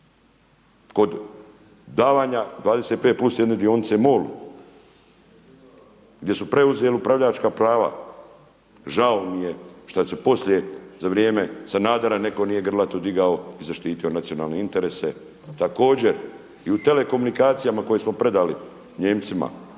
kod davanja 25 plus 1 dionice MOL-u gdje su preuzeli upravljačka prava. Žao mi je što se poslije za vrijeme Sanadera netko nije grlato digao i zaštitio nacionalne interese. Također i u telekomunikacijama koje smo predali Nijemcima